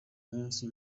munsi